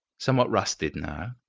somewhat rusted now.